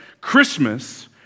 Christmas